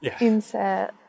insert